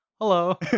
Hello